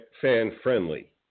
fan-friendly